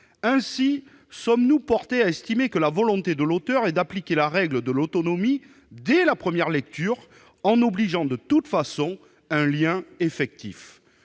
Ainsi sommes-nous portés à estimer que la volonté de l'auteur est d'appliquer la règle de l'autonomie, dès la première lecture, en obligeant, de toute façon, à un lien effectif.